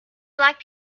black